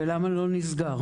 ולמה לא נסגר.